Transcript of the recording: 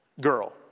girl